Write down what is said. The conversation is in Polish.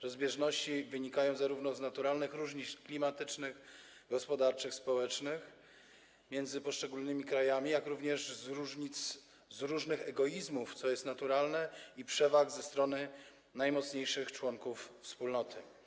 Rozbieżności wynikają zarówno z naturalnych różnic klimatycznych, gospodarczych i społecznych między poszczególnymi krajami, jak również z różnych egoizmów, co jest naturalne, i przewag ze strony najmocniejszych członków wspólnoty.